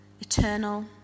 Eternal